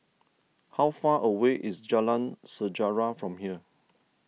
how far away is Jalan Sejarah from here